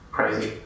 Crazy